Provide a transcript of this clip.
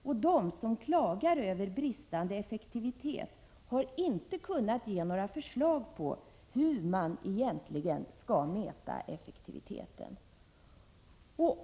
Och de som klagar över brist på effektivitet har inte kunnat ge några förslag på hur man egentligen skall mäta effektiviteten.